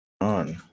on